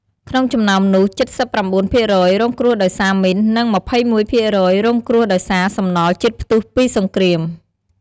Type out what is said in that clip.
ក្នុងចំណោមនោះ ៧៩% រងគ្រោះដោយសារមីន និង ២១% រងគ្រោះដោយសារសំណល់ជាតិផ្ទុះពីសង្គ្រាម។